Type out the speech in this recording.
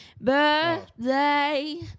birthday